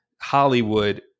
Hollywood